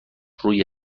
روی